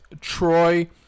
Troy